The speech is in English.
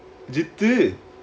ஜித்துக்கு:jithuukku